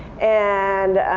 and